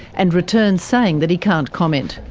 and returns saying that he can't comment.